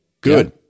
good